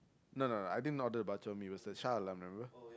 no no no I didn't order bak-chor-mee it was at Shah-Alam remember